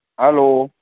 hello